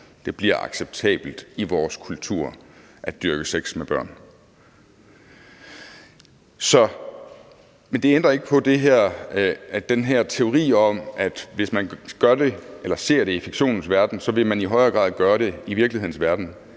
det bliver acceptabelt i vores kultur at dyrke sex med børn. Men det ændrer ikke på, at den her teori om, at man, hvis man ser det i fiktionens verden, i højere grad vil gøre det i virkelighedens verden,